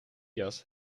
jas